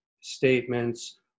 statements